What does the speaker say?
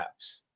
apps